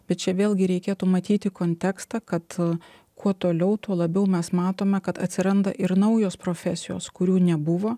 bet čia vėlgi reikėtų matyti kontekstą kad kuo toliau tuo labiau mes matome kad atsiranda ir naujos profesijos kurių nebuvo